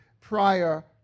prior